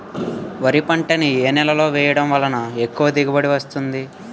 వరి పంట ని ఏ నేలలో వేయటం వలన ఎక్కువ దిగుబడి వస్తుంది?